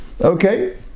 okay